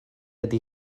ydy